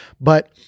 but-